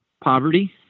poverty